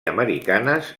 americanes